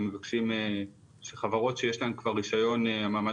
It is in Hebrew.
הם מבקשים שחברות שיש להן כבר רישיון המעמד